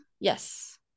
Yes